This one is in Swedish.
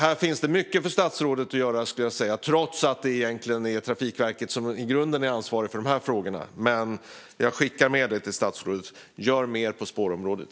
Här finns det mycket för statsrådet att göra, trots att det egentligen är Trafikverket som i grunden är ansvarigt för de frågorna. Jag skickar med det till statsrådet. Gör mer på spårområdet!